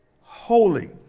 holy